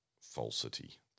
falsity